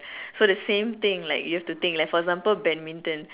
so the same thing like you have to think for example badminton